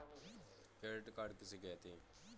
Credit card किसे कहते हैं?